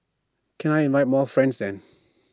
can I invite more friends then